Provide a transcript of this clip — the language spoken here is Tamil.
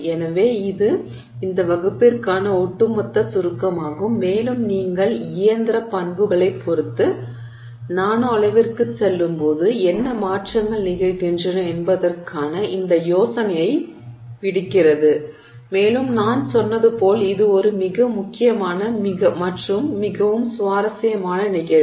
எனவே இது இந்த வகுப்பிற்கான ஒட்டுமொத்த சுருக்கமாகும் மேலும் நீங்கள் இயந்திர பண்புகளைப் பொறுத்து நானோ அளவிற்குச் செல்லும்போது என்ன மாற்றங்கள் நிகழ்கின்றன என்பதற்கான இந்த யோசனையைப் பிடிக்கிறது மேலும் நான் சொன்னது போல் இது ஒரு மிக முக்கியமான மற்றும் மிகவும் சுவாரஸ்யமான நிகழ்வு